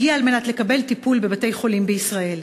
הגיע על מנת לקבל טיפול בבתי-חולים בישראל.